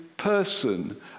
person